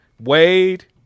Wade